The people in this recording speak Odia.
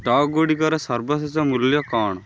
ଷ୍ଟକ୍ଗୁଡ଼ିକର ସର୍ବଶେଷ ମୂଲ୍ୟ କ'ଣ